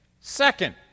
Second